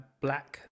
Black